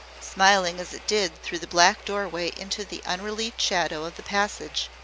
smiling as it did through the black doorway into the unrelieved shadow of the passage,